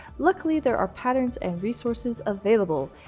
luckily there are patterns and resources available.